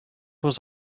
was